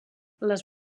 les